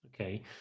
okay